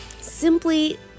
simply